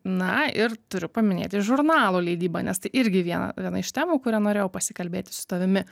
na ir turiu paminėti žurnalo leidybą nes tai irgi viena viena iš temų kuria norėjau pasikalbėti su tavimi